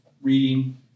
reading